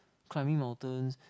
climbing mountains